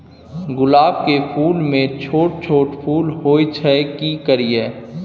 गुलाब के फूल में छोट छोट फूल होय छै की करियै?